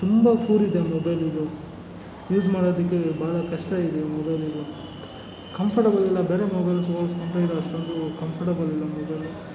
ತುಂಬ ಫೂರಿದೆ ಮೊಬೈಲಿದು ಯೂಸ್ ಮಾಡೋದಕ್ಕೆ ಭಾಳ ಕಷ್ಟ ಇದೆ ಮೊಬೈಲಿದು ಕಂಫರ್ಟಬಲಿಲ್ಲ ಬೇರೆ ಮೊಬೈಲ್ಗೆ ಹೋಲಿಸ್ಕೊಂಡ್ರೆ ಇದು ಅಷ್ಟೊಂದು ಕಂಫರ್ಟಬಲಿಲ್ಲ ಮೊಬೈಲು